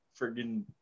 friggin